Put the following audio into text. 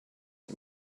you